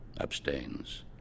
Abstains